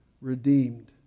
redeemed